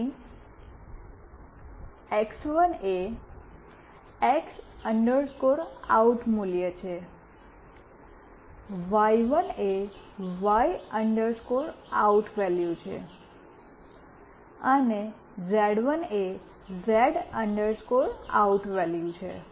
અહીં એક્સ1 એ x out મૂલ્ય છે વાય1 એ વાય આઉટ વૅલ્યુ છે અને ઝેડ1 એ ઝેડ આઉટ વૅલ્યુ છે